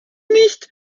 nicht